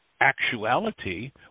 actuality